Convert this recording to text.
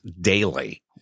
daily